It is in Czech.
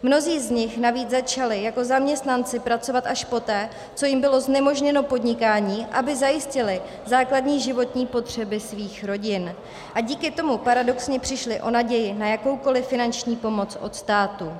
Mnozí z nich navíc začali jako zaměstnanci pracovat až poté, co jim bylo znemožněno podnikání, aby zajistili základní životní potřeby svých rodin, a díky tomu paradoxně přišli o naději na jakoukoli finanční pomoc od státu.